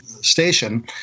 station